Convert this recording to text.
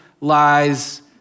lies